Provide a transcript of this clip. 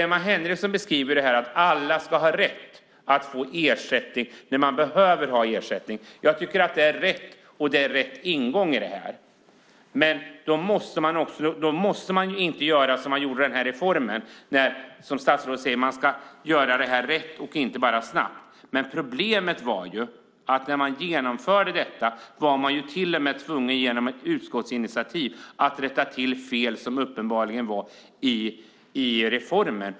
Emma Henriksson säger att alla ska ha rätt till ersättning när de behöver ersättning. Det är rätt ingång i dessa frågor. Det måste inte ske på det sätt som den här reformen genomfördes på. Statsrådet säger att det här ska göras rätt, inte bara snabbt. Problemet var att när reformen genomfördes blev man tvungen - med hjälp av ett utskottsinitiativ - att rätta till uppenbara fel i reformen.